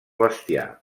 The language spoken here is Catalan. bestiar